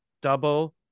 double